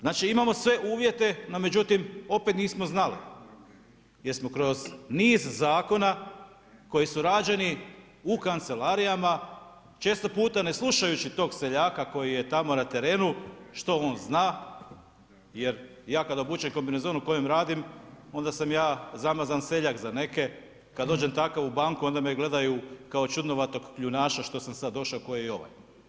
Znači imamo sve uvjete, no međutim opet nismo znali jer smo kroz niz zakona koji su rađeni u kancelarijama, često puta ne slušajući tog seljaka koji je tamo na terenu što on zna jer ja kada obučem kombinezon u kojem radim onda sam ja zamazan seljak za neke, kada dođem takav u banku onda me gledaju kao čudnovatog kljunaša što sam sada došao, koji je ovaj.